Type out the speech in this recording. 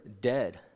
dead